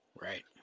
Right